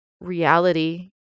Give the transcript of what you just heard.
reality